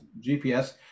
GPS